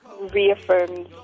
reaffirmed